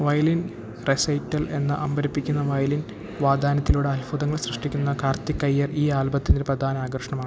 violin recital എന്ന അമ്പരപ്പിക്കുന്ന violin വാദനത്തിലൂടെ അൽഭുതങ്ങൾ സൃഷ്ടിക്കുന്ന കാർത്തിക് അയ്യർ ഈ ആൽബത്തിന്റെയൊരു പ്രധാന ആകർഷണമാണ്